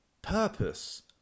purpose